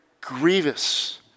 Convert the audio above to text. grievous